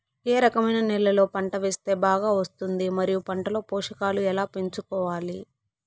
ఏ రకమైన నేలలో పంట వేస్తే బాగా వస్తుంది? మరియు పంట లో పోషకాలు ఎలా పెంచుకోవాలి?